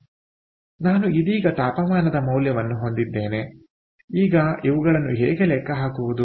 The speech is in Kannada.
ಆದ್ದರಿಂದ ನಾನು ಇದೀಗ ತಾಪಮಾನದ ಮೌಲ್ಯವನ್ನು ಹೊಂದಿದ್ದೇನೆ ಈಗ ಇವುಗಳನ್ನು ಹೇಗೆ ಲೆಕ್ಕ ಹಾಕುವುದು